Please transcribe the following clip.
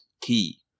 key